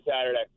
Saturday